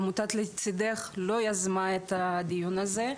עמותת "לצידך" לא יזמה את הדיון הזה.